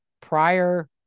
prior